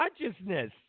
consciousness